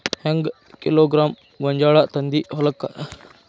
ಹೆಂಗ್ ಕಿಲೋಗ್ರಾಂ ಗೋಂಜಾಳ ತಂದಿ ಹೊಲಕ್ಕ?